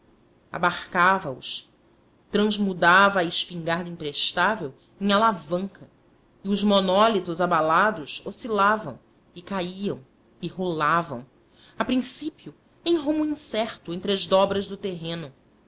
abarcava os transmudava a espingarda imprestável em alavanca e os monólitos abalados oscilavam e caíam e rolavam a princípio em rumo incerto entre as dobras do terreno